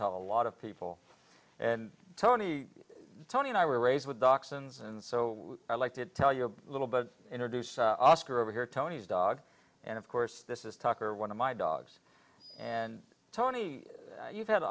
tell a lot of people and tony tony and i were raised with dioxins and so i like to tell you a little but introduce oscar over here tony's dog and of course this is tucker one of my dogs and tony you've had